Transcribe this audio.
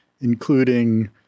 including